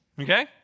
okay